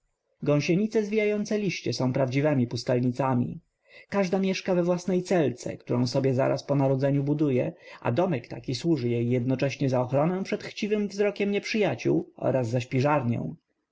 gąsienice zwijające liście są prawdziwemi pustelnicami każda mieszka we własnej celce którą sobie zaraz po narodzeniu buduje a domek taki służy jej jednocześnie za ochronę przed chciwym wzrokiem nieprzyjaciół oraz za śpiżarnię